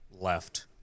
left